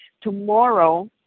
Tomorrow